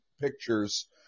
pictures